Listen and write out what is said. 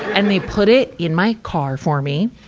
and they put it in my car for me.